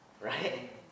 right